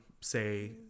say